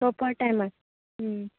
proper टायमार